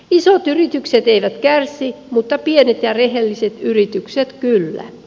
isot yritykset eivät kärsi mutta pienet ja rehelliset yritykset kyllä